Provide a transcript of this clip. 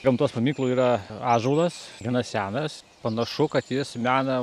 gamtos paminklų yra ąžuolas gana senas panašu kad jis mena